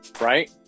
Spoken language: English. right